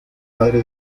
padre